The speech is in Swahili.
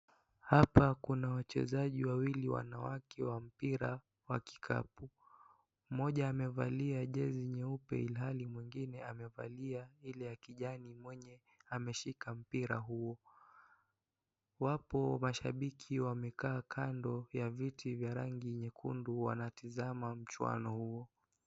Hapa kuna wachezaji wawili wanawake wa mpira wa kikapu . Mmoja amevalia jezi nyeupe ilhali mwingine amevalia ile ya kijani mwenye ameshika mpira huo. Wapo mashabiki wamekaa kando ya viti vya rangi nyekundu wanatazama mchuano huo.